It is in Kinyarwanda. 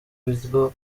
ibigo